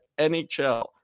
NHL